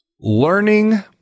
learning